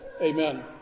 Amen